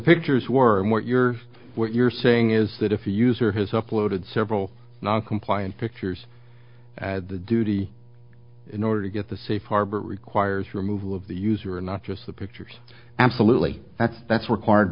pictures weren't what you're what you're saying is that if user has uploaded several non compliant pictures the duty in order to get the safe harbor requires removal of the user not just the pictures absolutely that's that's required